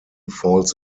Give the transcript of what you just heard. falls